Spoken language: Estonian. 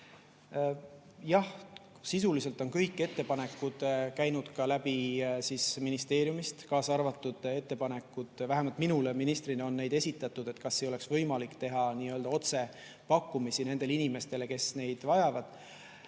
Jah, sisuliselt on kõik ettepanekud käinud läbi ka ministeeriumist, kaasa arvatud ettepanekud – vähemalt minule ministrina on neid esitatud –, et kas ei oleks võimalik teha otsepakkumisi nendele inimestele, kes [puid] vajavad.